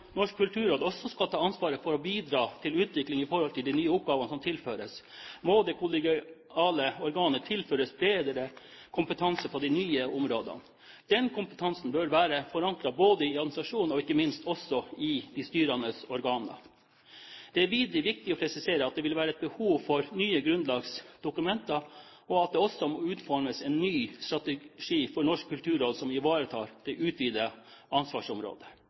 Norsk kulturråd nå også skal ta ansvaret for å bidra til utvikling når det gjelder de nye oppgavene som tilføres, må det kollegiale organet tilføres bredere kompetanse på de nye områdene. Den kompetansen bør være forankret både i administrasjonen og – ikke minst – også i de styrende organer. Det er videre viktig å presisere at det vil være et behov for nye grunnlagsdokumenter, og at det også må utformes en ny strategi for Norsk kulturråd som ivaretar det utvidede ansvarsområdet.